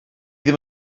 ddim